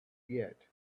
yet